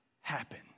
happen